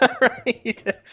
Right